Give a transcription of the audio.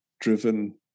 driven